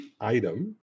item